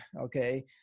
okay